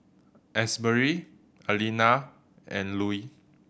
Asberry Alena and Lue